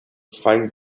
find